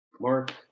Mark